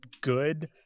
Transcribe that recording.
good